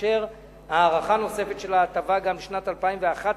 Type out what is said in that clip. שתתאפשר הארכה נוספת של ההטבה גם לשנת 2011,